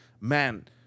man